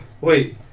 Wait